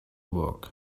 work